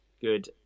good